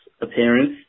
appearance